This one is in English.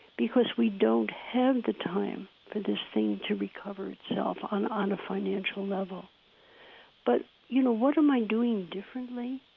because we don't have the time for this thing to recover itself on on a financial level but, you know, what am i doing differently?